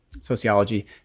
sociology